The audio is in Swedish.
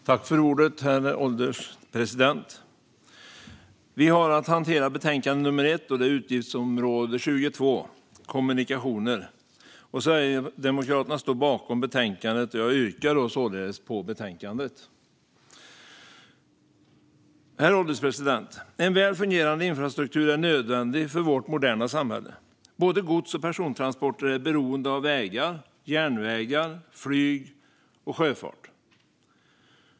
Herr ålderspresident! Vi hanterar nu trafikutskottets betänkande nummer 1, Utgiftsområde 22 Kommunikationer . Sverigedemokraterna står bakom betänkandet, och jag yrkar således bifall till förslaget i betänkandet. Herr ålderspresident! En väl fungerande infrastruktur är nödvändig i vårt moderna samhälle. Både gods och persontransporter är beroende av vägar, järnvägar, flyg och sjöfart.